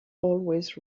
always